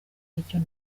y’icyo